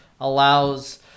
allows